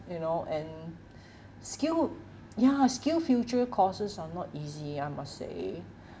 you know and skill ya skillsfuture courses are not easy I must say